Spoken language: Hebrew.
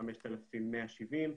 יש כ-5,170,